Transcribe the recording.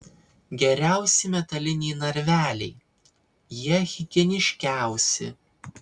geriausi metaliniai narveliai jie higieniškiausi